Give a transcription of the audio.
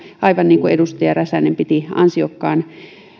aivan niin kuin edustaja räsänen sanoi piti ansiokkaan